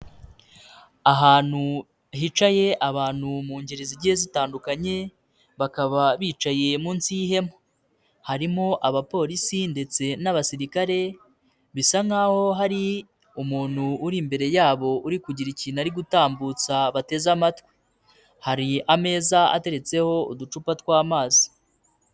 Ahantu hicaye abantu mu ngeri zigiye zitandukanye bakaba bicaye munsi y'ihema harimo abapolisi ndetse n'abasirikare bisa nkaho hari umuntu uri imbere yabo uri kugira ikintu ari gutambutsa bateze amatwi, hari ameza atetseho uducupa tw'amazi.